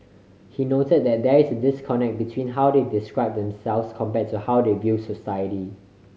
he noted that there is a disconnect between how they describe themselves compare to how they view society